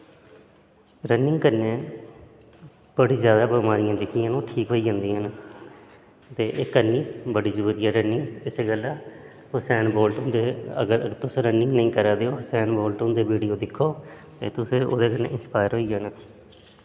running कन्नै बड़ी ज्यादा बमारियां जेह्कियां न ओह् ठीक होई जंदियां न ते एह् करनी बड़ी जरूरी ऐ रनिंग इस्सै गल्ला हुसैन बोल्ट होंदे अगर तुस रनिंग नेईं करा दे ओ हुसैन बोल्ट होंदे वीडियो दिक्खो ते तुसें ओह्दे कन्नै इंसपाइर होई जाना